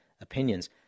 opinions